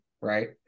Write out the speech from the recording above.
right